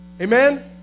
Amen